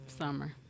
Summer